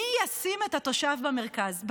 מי ישים את התושב במרכז?